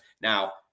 Now